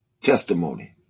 testimony